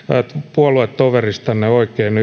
puoluetoveristanne oikein